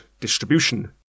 distribution